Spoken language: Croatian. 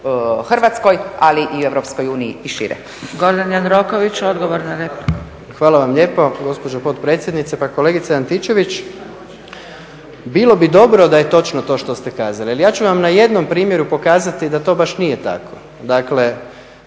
Jandroković, odgovor na repliku. **Jandroković, Gordan (HDZ)** Hvala vam lijepo gospođo potpredsjednice. Kolegice Antičević, bilo bi dobro da je točno to što ste kazali ali ja ću vam na jednom primjeru pokazati da to baš nije tako. Dakle